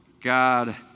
God